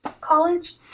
college